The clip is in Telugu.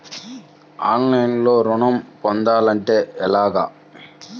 ఆన్లైన్లో ఋణం పొందాలంటే ఎలాగా?